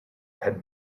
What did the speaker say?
had